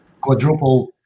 quadruple